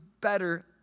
better